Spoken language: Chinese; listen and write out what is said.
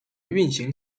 运行